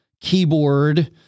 keyboard